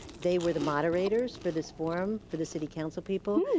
they were the moderators for this forum for the city council people.